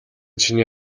чиний